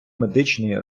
медичній